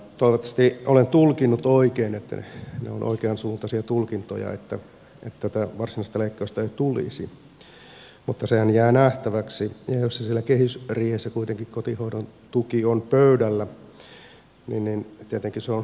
toivottavasti olen tulkinnut oikein että ne ovat oikeansuuntaisia tulkintoja että tätä varsinaista leikkausta ei tulisi mutta sehän jää nähtäväksi ja jos siellä kehysriihessä kuitenkin kotihoidon tuki on pöydällä niin tietenkin se on huono asia